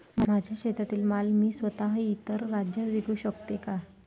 माझ्या शेतातील माल मी स्वत: इतर राज्यात विकू शकते का?